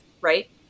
right